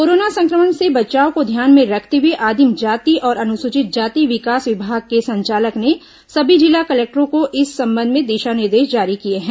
corona संक्रमण से बचाव को ध्यान मे रखते हुए आदिम जाति और अनुसूचित जाति विकास विभाग को संचालक ने सभी जिला कलेक्टरों को इस संबंध में दिशा निर्देश जारी किए हैं